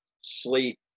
sleep